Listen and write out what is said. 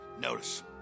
notice